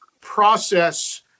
process